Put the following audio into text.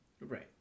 Right